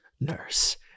nurse